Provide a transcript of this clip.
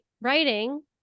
writing